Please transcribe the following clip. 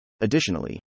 Additionally